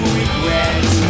regret